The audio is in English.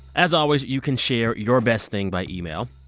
as always, you can share your best thing by email.